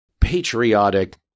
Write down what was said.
patriotic